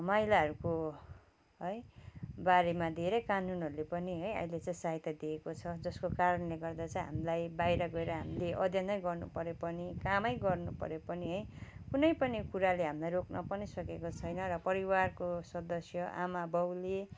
महिलाहरूको है बारेमा धेरै कानुनहरले पनि है अहिले चाहिँ सहायता दिएको छ जस्को कारणले गर्दा चाहिँ हामीलाई बाहिर गएर हामीले अध्ययनै गर्नु परे पनि कामै गर्नु परे पनि है कुनै पनि कुराले हामीलाई रोक्न पनि सकेको छैन र परिवारको सदस्य आमा बाउले